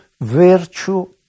virtue